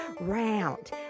round